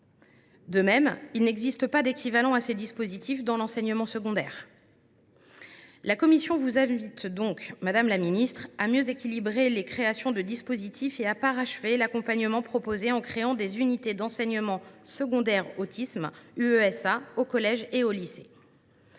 De même, il n’existe pas d’équivalent à ces dispositifs dans l’enseignement secondaire. La commission vous invite donc, madame la ministre, à mieux équilibrer les créations de dispositifs et à parachever l’accompagnement proposé, en créant des UESA au collège et au lycée.